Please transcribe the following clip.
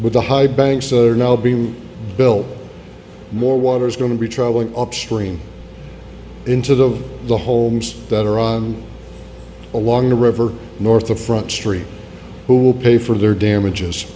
with the high banks that are now being built more water is going to be traveling upstream into the the homes that are on along the river north of front street who will pay for their damages